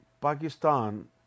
Pakistan